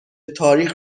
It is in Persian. تاریخ